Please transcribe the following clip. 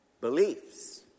beliefs